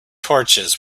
torches